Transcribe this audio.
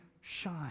shine